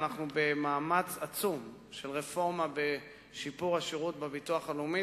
ואנחנו במאמץ עצום של רפורמה בשיפור השירות בביטוח הלאומי.